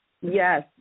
Yes